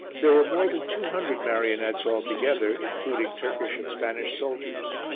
there were more than two hundred marionettes altogether, including turkish and spanish soldiers.